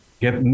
get